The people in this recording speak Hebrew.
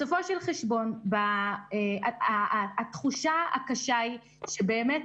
בסופו של חשבון התחושה הקשה היא שבאמת